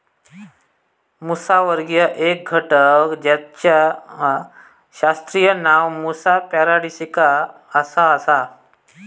मुसावर्गीय एक घटक जेचा शास्त्रीय नाव मुसा पॅराडिसिका असा आसा